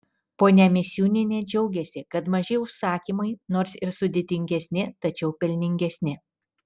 ponia misiūnienė džiaugiasi kad maži užsakymai nors ir sudėtingesni tačiau pelningesni